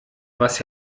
was